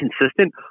consistent